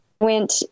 went